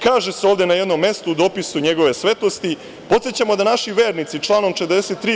Kaže se ovde na jednom mestu u dopisu NJegove Svetosti – Podsećamo da naši vernici članom 43.